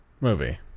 movie